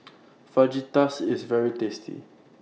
Fajitas IS very tasty